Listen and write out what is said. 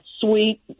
sweet